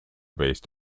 based